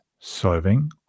solving